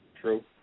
True